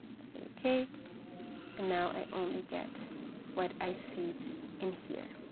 say okay and now i only get what i see in here.